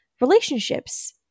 relationships